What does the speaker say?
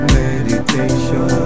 meditation